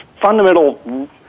fundamental